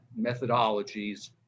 methodologies